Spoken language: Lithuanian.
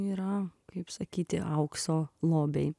yra kaip sakyti aukso lobiai